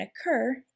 occur